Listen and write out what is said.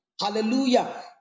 Hallelujah